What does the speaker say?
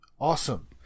awesome